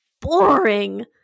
boring